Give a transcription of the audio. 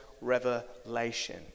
revelation